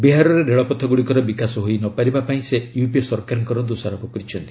ବିହାରରେ ରେଳପଥଗୁଡ଼ିକର ବିକାଶ ହୋଇ ନ ପାରିବାପାଇଁ ସେ ୟୁପିଏ ସରକାରଙ୍କର ଦୋଷାରୋପ କରିଛନ୍ତି